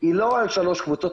היא לא על שלוש קבוצות.